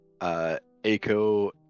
Aiko